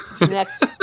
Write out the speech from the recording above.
next